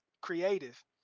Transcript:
creative